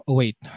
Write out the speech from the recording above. wait